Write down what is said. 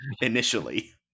initially